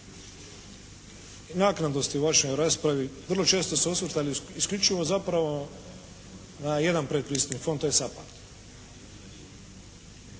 naknadno ste u vašoj raspravi vrlo često se osvrtali isključivo zapravo na jedan predpristupni fond, to je «SAPHARD».